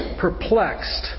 perplexed